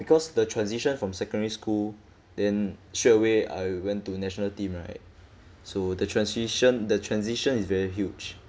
because the transition from secondary school then straight away I went to national team right so the transition the transition is very huge